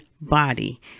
body